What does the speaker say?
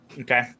Okay